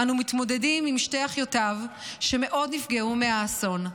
אנו מתמודדים עם שתי אחיותיו שנפגעו מאוד מהאסון,